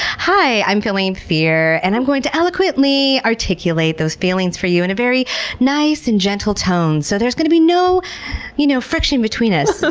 hi, i'm feeling fear and i'm going to eloquently articulate those feelings for you in a very nice and gentle tone! so there's going to be no you know friction between us. so